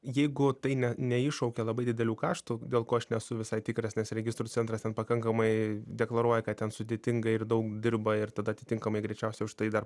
jeigu tai ne neiššaukia labai didelių karštų dėl ko aš nesu visai tikras nes registrų centras ten pakankamai deklaruoja kad ten sudėtinga ir daug dirba ir tada atitinkamai greičiausia už tai dar